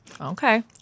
Okay